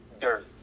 dirt